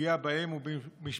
לפגיעה בהם ובמשפחותיהם.